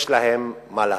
יש להם מה להסתיר.